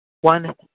one